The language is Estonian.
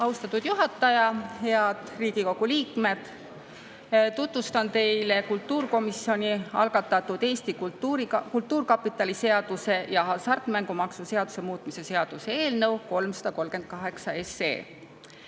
Austatud juhataja! Head Riigikogu liikmed! Tutvustan teile kultuurikomisjoni algatatud Eesti Kultuurkapitali seaduse ja hasartmängumaksu seaduse muutmise seaduse eelnõu 338.